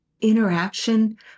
interaction